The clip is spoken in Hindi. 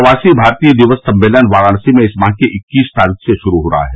प्रवासी भारतीय दिवस सम्मेलन वाराणसी में इस माह की इक्कीस तारीख़ से शुरू हो रहा है